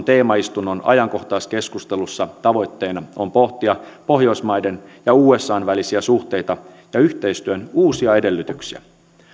teemaistunnon ajankohtaiskeskustelussa tavoitteena on pohtia pohjoismaiden ja usan välisiä suhteita ja yhteistyön uusia edellytyksiä